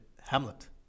Hamlet